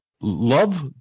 love